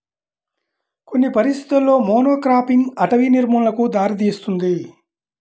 కొన్ని పరిస్థితులలో మోనోక్రాపింగ్ అటవీ నిర్మూలనకు దారితీస్తుంది